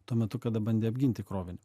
tuo metu kada bandė apginti krovinį